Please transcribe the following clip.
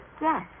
Yes